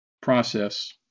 process